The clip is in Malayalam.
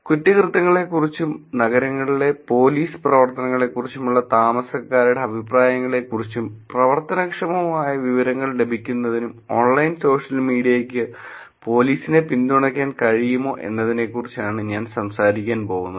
കുറ്റകൃത്യങ്ങളെക്കുറിച്ചും നഗരങ്ങളിലെ പോലീസ് പ്രവർത്തനങ്ങളെക്കുറിച്ചുള്ള താമസക്കാരുടെ അഭിപ്രായങ്ങളെക്കുറിച്ചും പ്രവർത്തനക്ഷമമായ വിവരങ്ങൾ ലഭിക്കുന്നതിനും ഓൺലൈൻ സോഷ്യൽ മീഡിയയ്ക്ക് പോലീസിനെ പിന്തുണയ്ക്കാൻ കഴിയുമോ എന്നതിനെക്കുറിച്ചാണ് ഞാൻ സംസാരിക്കാൻ പോകുന്നത്